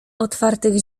otwartych